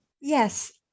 Yes